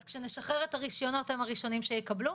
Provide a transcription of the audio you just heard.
אז כשנשחרר את הרישיונות הם הראשונים שיקבלו?